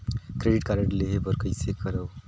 Credit card लेहे बर कइसे करव?